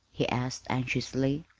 he asked anxiously.